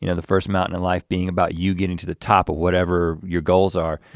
you know the first mountain in life being about you getting to the top of whatever your goals are.